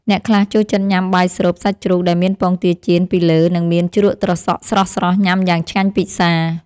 អ្នកខ្លះចូលចិត្តញ៉ាំបាយស្រូបសាច់ជ្រូកដែលមានពងទាចៀនពីលើ និងមានជ្រក់ត្រសក់ស្រស់ៗញ៉ាំយ៉ាងឆ្ងាញ់ពិសា។